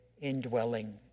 indwelling